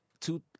Two